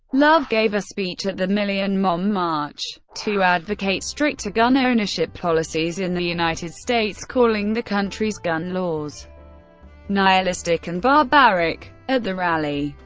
love gave a speech at the million mom march to advocate stricter gun ownership policies in the united states, calling the country's gun laws nihilistic and barbaric. at the rally,